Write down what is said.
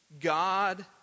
God